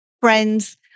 friends